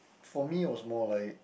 for me it was more like